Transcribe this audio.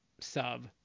sub